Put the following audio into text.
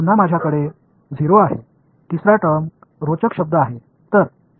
पुन्हा माझ्याकडे 0 आहे तिसरा टर्म रोचक शब्द आहे